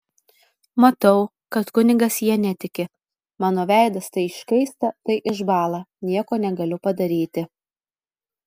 matau kad kunigas ja netiki mano veidas tai iškaista tai išbąla nieko negaliu padaryti